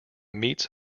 meets